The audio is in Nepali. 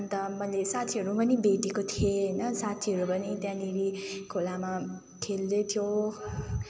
अन्त मैले साथीहरू पनि भेटेको थिएँ होइन साथीहरू पनि त्यहाँनिर खोलामा खेल्दै थियो